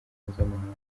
mpuzamahanga